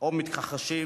או מתכחשים,